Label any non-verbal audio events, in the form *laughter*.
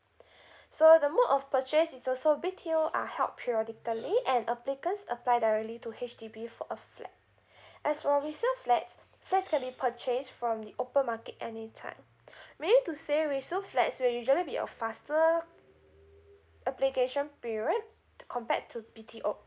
so the mode of purchase is also B_T_O are held periodically and applicants apply directly to H_D_B for a flat as for resale flats flats can be purchased from the open market any time *breath* meaning to say resale flats will usually be a faster application period compared to B_T_O